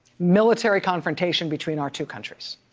military confrontation between our two countries.